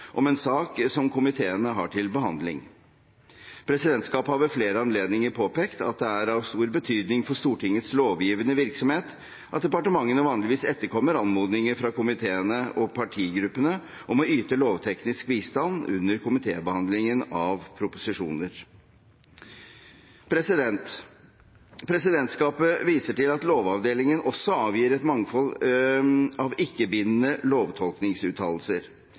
om en sak som komiteen har til behandling. Presidentskapet har ved flere anledninger påpekt at det er av stor betydning for Stortingets lovgivende virksomhet at departementene vanligvis etterkommer anmodninger fra komiteene og partigruppene om å yte lovteknisk bistand under komitébehandlingen av lovproposisjoner. Presidentskapet viser til at Lovavdelingen også avgir et mangfold av ikke-bindende lovtolkningsuttalelser.